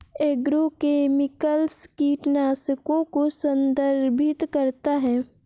agrochemicals कीटनाशकों को संदर्भित करता है